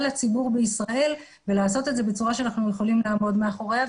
הציבור בישראל ולעשות את זה בצורה שאנחנו יכולים לעמוד מאחוריה.